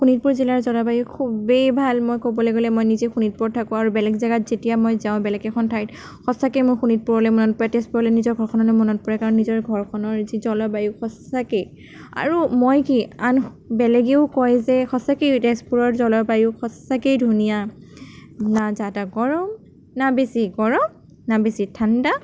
শোণিতপুৰ জিলাৰ জলবায়ু খুবেই ভাল মই ক'বলৈ গ'লে মই নিজে শোণিতপুৰত থাকোঁ আৰু বেলেগ জেগাত যেতিয়া মই যাওঁ বেলেগ এখন ঠাইত সঁচাকৈ মোৰ শোণিতপুৰলৈ মনত পৰে তেজপুৰলৈ নিজৰ ঘৰখনলৈ মনত পৰে কাৰণ নিজৰ ঘৰখনৰ যি জলবায়ু সঁচাকেই আৰু মই কি আন বেলেগেও কয় যে সঁচাকেই তেজপুৰৰ জলবায়ু সঁচাকেই ধুনীয়া না জ্যাদা গৰম না বেছি গৰম না বেছি ঠাণ্ডা